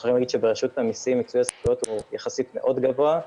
אנחנו יכולים להגיד שברשות המיסים מיצוי הזכויות הוא יחסית מאוד גבוה,